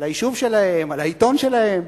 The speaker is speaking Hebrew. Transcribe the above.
ליישוב שלהם, לעיתון שלהם.